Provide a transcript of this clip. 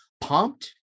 pumped